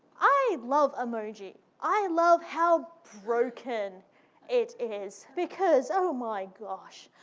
i love emoji. i love how broken it is. because oh my gosh,